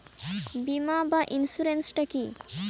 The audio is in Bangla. বিমা বা ইন্সুরেন্স টা কি?